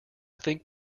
think